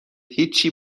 هیچی